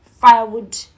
firewood